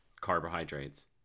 carbohydrates